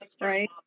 Right